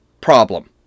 problem